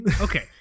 Okay